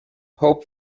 hope